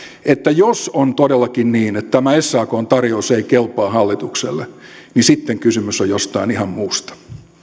että jos on todellakin niin että tämä sakn tarjous ei kelpaa hallitukselle niin sitten kysymys on jostain ihan muusta